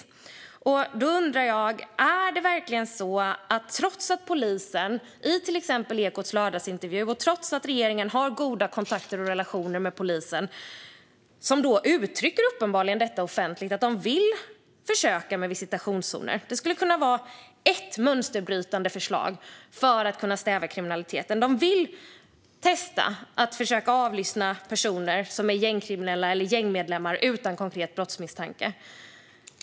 Polisen uttrycker uppenbarligen offentligt, i till exempel Ekots lördagsintervju , att de vill försöka med visitationszoner, vilket skulle kunna vara ett mönsterbrytande förslag för att stävja kriminaliteten, och att de vill testa att avlyssna gängkriminella eller gängmedlemmar utan konkret brottsmisstanke.